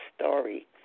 story